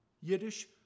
Yiddish